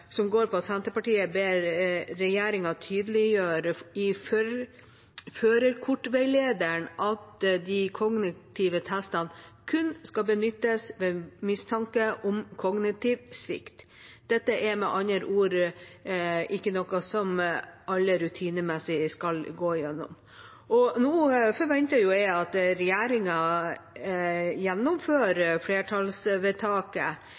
som gikk ut på at Senterpartiet ba regjeringa tydeliggjøre i førerkortveilederen at de kognitive testene kun skal benyttes ved mistanke om kognitiv svikt. Det er med andre ord ikke noe som alle rutinemessig skal gå igjennom. Nå forventer jeg at regjeringa